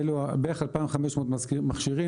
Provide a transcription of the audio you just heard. בערך 2,500 מכשירים.